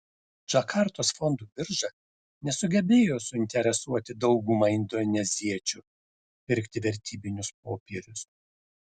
džakartos fondų birža nesugebėjo suinteresuoti daugumą indoneziečių pirkti vertybinius popierius